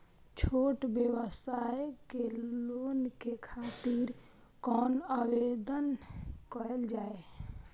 छोट व्यवसाय के लोन के खातिर कोना आवेदन कायल जाय?